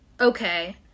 Okay